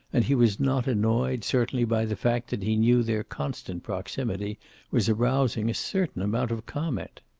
and he was not annoyed, certainly, by the fact that he knew their constant proximity was arousing a certain amount of comment.